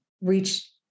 reach